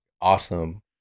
Awesome